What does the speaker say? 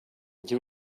you